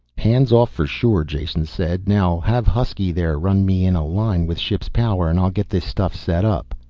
hands off for sure, jason said. now have husky there run me in a line with ship's power and i'll get this stuff set up.